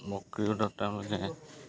বক্ৰী ঈদত তেওঁলোকে